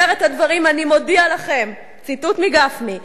אומר את הדברים: "אני מודיע לכם" ציטוט מדברי גפני,